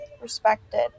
respected